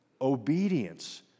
obedience